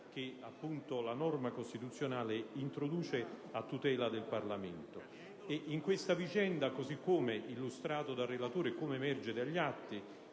che la norma costituzionale introduce a tutela del Parlamento. In questa vicenda, come illustrato dal relatore e come emerge dagli atti,